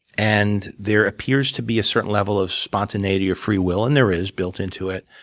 and there appears to be a certain level of spontaneity or free will, and there is, built into it.